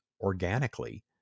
organically